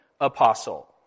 apostle